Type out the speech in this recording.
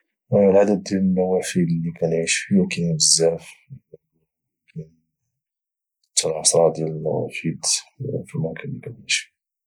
عدد ديال النوافذ في المكان اللي كانعيش فيه كاينين بزاف نقدروا نقولوا كاينين حتى العشره ديال النوافذ المكان اللي كانعيش فيه